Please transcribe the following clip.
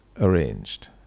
arranged